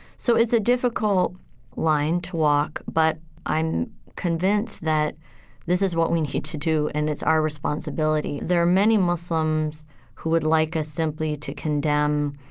so it's a difficult line to walk, but i'm convinced that this is what we need to do and it's our responsibility there are many muslims who would like us simply to condemn,